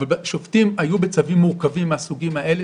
אבל שופטים היו בצווים מורכבים מהסוגים האלה